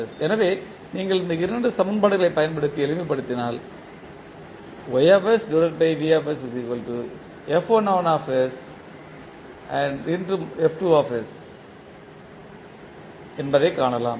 எனவே நீங்கள் இந்த 2 சமன்பாடுகளைப் பயன்படுத்தி எளிமைப்படுத்தினால் என்பதைக் காணலாம்